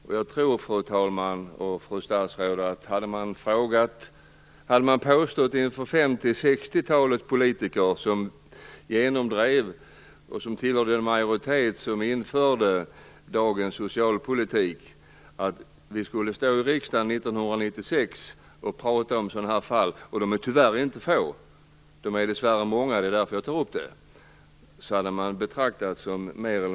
Man hade betraktats som mer eller mindre förvirrad om man inför 1950 och 1960-talets politiker, som tillhörde den majoritet som införde dagens socialpolitik, hade påstått att vi skulle stå i riksdagen 1996 och tala om sådana här fall. Och de är inte få; de är dess värre många. Det är därför jag tar upp detta.